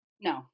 No